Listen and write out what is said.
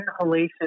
inhalation